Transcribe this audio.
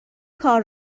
کار